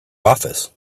office